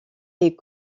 est